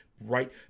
right